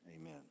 amen